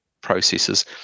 processes